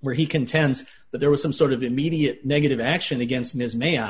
where he contends that there was some sort of immediate negative action against m